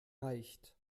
reicht